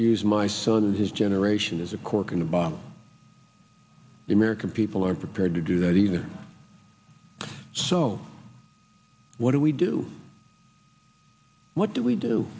to use my son and his generation as a corking to bomb the american people aren't prepared to do that either so what do we do what do we do